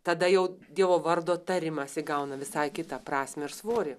tada jau dievo vardo tarimas įgauna visai kitą prasmę ir svorį